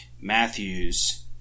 Matthews